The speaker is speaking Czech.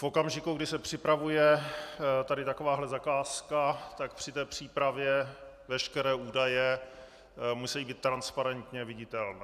V okamžiku, kdy se připravuje takováto zakázka, tak při té přípravě veškeré údaje musejí být transparentně viditelné.